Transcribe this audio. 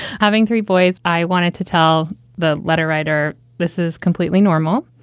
having three boys. i wanted to tell the letter writer this is completely normal.